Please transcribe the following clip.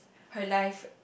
her life